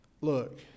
look